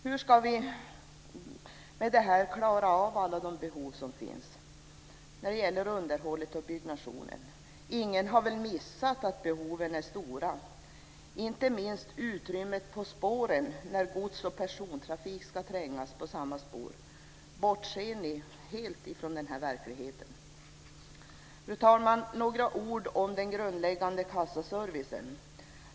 Hur ska vi då klara av alla de behov som finns när det gäller underhåll och byggnation? Ingen har väl missat att behoven är stora. Det gäller inte minst utrymmen på spåren, när gods och persontrafik ska trängas på samma spår. Bortser ni helt från denna verklighet? Fru talman! Jag vill säga några ord om den grundläggande kassaservicen.